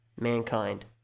mankind